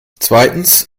zweitens